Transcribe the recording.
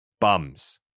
Bums